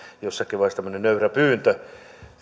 jossakin vaiheessa tämmöinen nöyrä pyyntö